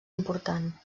important